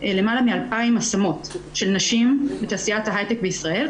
למעלה מ-2,000 השמות של נשים בתעשיית ההייטק בישראל,